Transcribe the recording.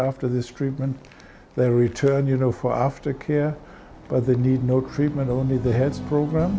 after this treatment they return you know for aftercare but they need no treatment only the heads program